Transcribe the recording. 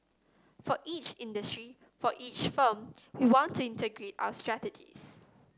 for each industry for each firm we want to integrate our strategies